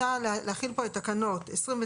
------ תקנות 29,